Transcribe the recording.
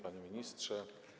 Panie Ministrze!